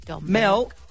Mel